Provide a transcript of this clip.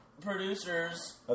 producers